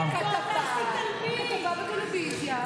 הלכה ופגשה את השוער.